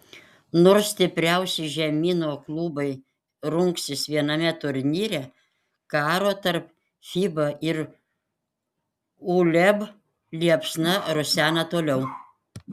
nors stipriausi žemyno klubai rungsis viename turnyre karo tarp fiba ir uleb liepsna rusena toliau